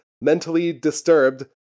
mentally-disturbed